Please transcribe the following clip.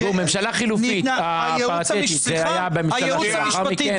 ממשלה חלופית, פריטטית, זה היה בממשלה שלאחר מכן?